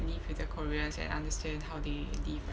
live with the koreans and understand how they live right